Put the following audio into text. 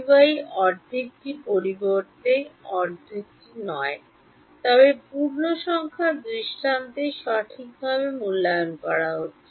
Eyঅর্ধেকটি পরবর্তী অর্ধেক নয় তবে পূর্ণসংখ্যার দৃষ্টান্তে সঠিকভাবে মূল্যায়ন করা হচ্ছে